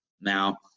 Now